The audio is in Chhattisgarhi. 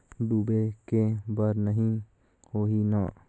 डूबे के बर नहीं होही न?